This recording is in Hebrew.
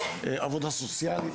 עבודה סוציאלית,